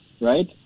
right